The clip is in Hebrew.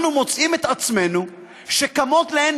אנחנו מוצאים שקמות להן